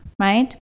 right